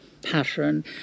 pattern